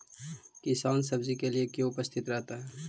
किसान सब्जी के लिए क्यों उपस्थित रहता है?